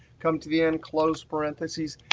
come to the end, closed parentheses,